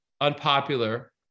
unpopular